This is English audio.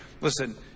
Listen